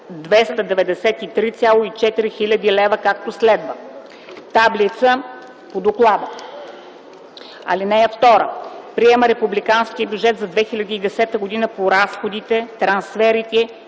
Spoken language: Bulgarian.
293,4 хил. лв., както следва: (Таблица по доклада.) (2) Приема републиканския бюджет за 2010 г. по разходите, трансферите